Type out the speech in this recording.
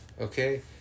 Okay